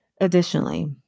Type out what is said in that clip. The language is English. Additionally